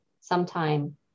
sometime